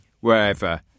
wherever